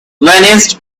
vanished